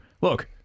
Look